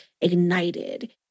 ignited